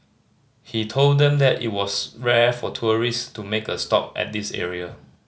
he told them that it was rare for tourist to make a stop at this area